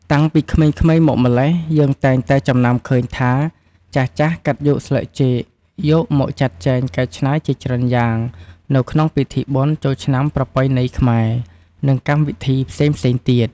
តាំងពីក្មេងៗមកម្ល៉េះ យើងតែងតែចំណាំឃើញថា ចាស់ៗកាត់យកស្លឹកចេកយកមកចាត់ចែងកែច្នៃជាច្រើនយ៉ាងនៅក្នុងពិធីបុណ្យចូលឆ្នាំប្រពៃណីខ្មែរ និងកម្មវិធីផ្សេងៗទៀត។